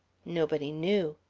nobody knew.